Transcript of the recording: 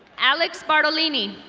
alex bartelini.